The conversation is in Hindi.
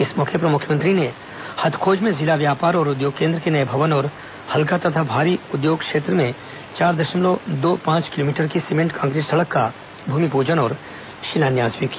इस अवसर पर मुख्यमंत्री ने हथखोज में जिला व्यापार और उद्योग केन्द्र के नये भवन और हल्का तथा भारी औद्योगिक क्षेत्र में चार दशमलव दो पांच किलोमीटर की सीमेंट कांक्रीट सड़क का भूमिपूजन और शिलान्यास भी किया